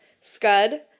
Scud